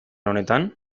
honetan